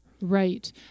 Right